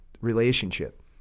relationship